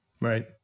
Right